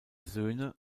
söhne